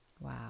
Wow